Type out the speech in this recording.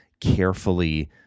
carefully